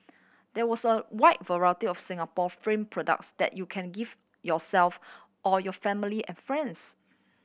there was a wide variety of Singapore fame products that you can gift yourself or your family and friends